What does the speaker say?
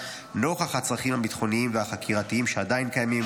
2024. נוכח הצרכים הביטחוניים והחקירתיים שעדיין קיימים,